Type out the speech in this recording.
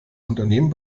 unternehmen